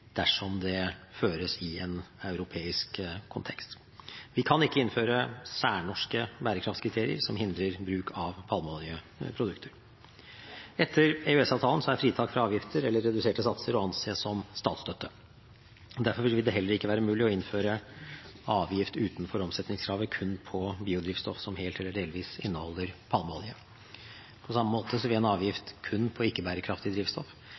dersom det føres i en europeisk kontekst. Vi kan ikke innføre særnorske bærekraftskriterier som hindrer bruk av palmeoljeprodukter. Etter EØS-avtalen er fritak fra avgifter, eller reduserte satser, å anse som statsstøtte. Derfor vil det heller ikke være mulig å innføre avgift utenfor omsetningskravet kun på biodrivstoff som helt eller delvis inneholder palmeolje. På samme måte vil en avgift kun på ikke-bærekraftig drivstoff